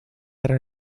era